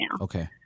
Okay